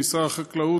במשרד החקלאות,